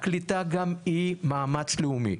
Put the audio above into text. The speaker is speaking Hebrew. הקליטה גם היא מאמץ לאומי.